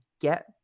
get